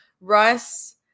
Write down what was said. russ